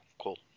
cool